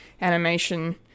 animation